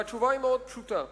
והתשובה היא מאוד פשוטה.